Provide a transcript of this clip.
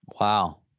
Wow